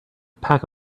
pack